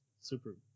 super